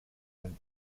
amb